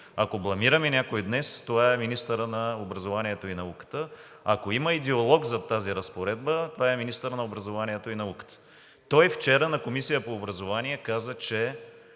Ако бламираме някой днес, това е министърът на образованието и науката. Ако има идеолог зад тази разпоредба, това е министърът на образованието и науката. Той вчера на Комисията по образование каза, че